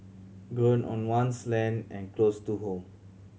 grown on one's land and close to home